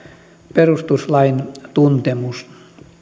perustuslain tuntemus